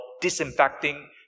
disinfecting